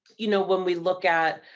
you know, when we look at,